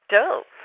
Dope